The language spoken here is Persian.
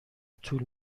طول